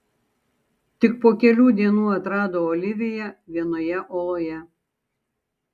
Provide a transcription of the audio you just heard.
tik po kelių dienų atrado oliviją vienoje oloje